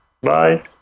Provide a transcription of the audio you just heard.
Bye